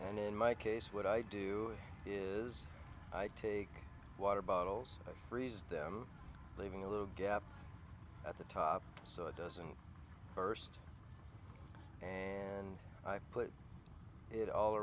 and in my case what i do is i take water bottles i freeze them leaving a little gap at the top so it doesn't burst and i put it all